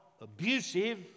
abusive